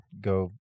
go